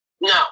No